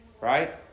Right